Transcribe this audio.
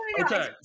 Okay